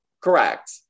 correct